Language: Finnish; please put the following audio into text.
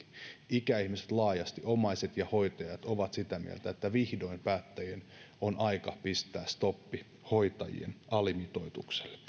ikäihmiset laajasti omaiset ja hoitajat ovat sitä mieltä että vihdoin päättäjien on aika pistää stoppi hoitajien alimitoitukselle